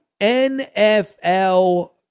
NFL